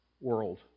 world